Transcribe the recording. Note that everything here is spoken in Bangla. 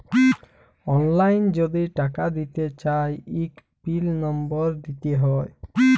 অললাইল যদি টাকা দিতে চায় ইক পিল লম্বর দিতে হ্যয়